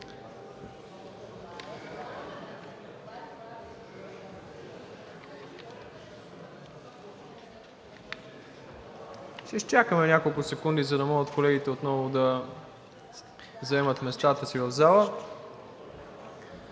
Ще изчакаме няколко секунди, за да може колегите отново да заемат местата си в залата.